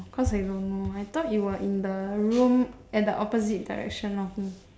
cause I don't know I thought you are in the room at the opposite direction of me